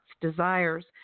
desires